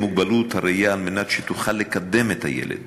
מוגבלות ראייה על מנת שתוכל לקדם את הילד,